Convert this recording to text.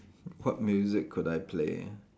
what music could I play